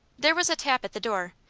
there was a tap at the door.